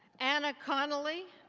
and kind of the